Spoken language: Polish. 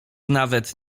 nawet